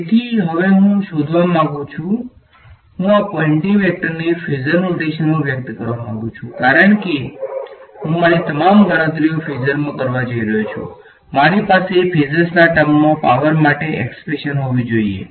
તેથી હું હવે શોધવા માંગુ છું હું આ પોઇન્ટીંગ વેક્ટરને ફેઝર નોટેશનમાં વ્યક્ત કરવા માંગુ છું કારણ કે હું મારી તમામ ગણતરીઓ ફેઝરમાં કરવા જઇ રહ્યો છું મારી પાસે ફેઝર્સના ટર્મમા પાવર માટે એક્સપ્રેશન હોવી જોઈએ